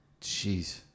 Jeez